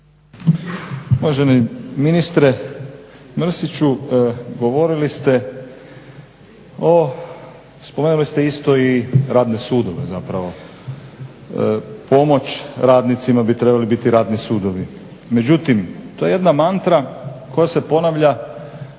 Uvaženi ministre Mrsiću, govorili ste o, spomenuli ste isto i radne sudove zapravo. Pomoć radnicima bi trebali biti radni sudovi. Međutim, to je jedna mantra koja se ponavlja